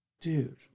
Dude